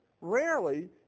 rarely